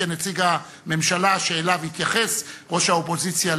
כנציג הממשלה שאליה התייחס ראש האופוזיציה,